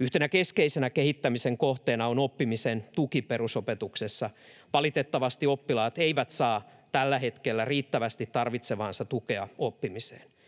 Yhtenä keskeisenä kehittämisen kohteena on oppimisen tuki perusopetuksessa. Valitettavasti oppilaat eivät saa tällä hetkellä riittävästi tarvitsemaansa tukea oppimiseen.